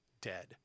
dead